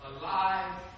alive